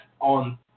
on